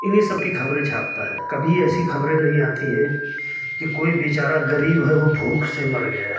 इन्हीं सब की खबरें छापता है कभी ऐसी खबरें नहीं आती हैं कि कोई बेचारा गरीब है वो भूख से मर गया है